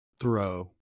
throw